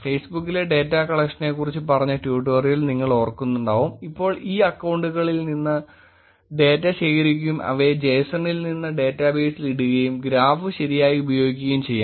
ഫേസ്ബുക്കിലെ data കളക്ഷനെക്കുറിച്ച് പറഞ്ഞ tutorial നിങ്ങൾ ഓർക്കുന്നുണ്ടാവുംഇപ്പോൾ ഈ അക്കൌണ്ടുകളിൽ നിന്ന് ഡാറ്റ ശേഖരിക്കുകയും അവയെ json ൽ നിന്ന് ഡാറ്റാബേസിൽ ഇടുകയും ഗ്രാഫ് ശരിയായി ചെയ്യുകയും ചെയ്യാം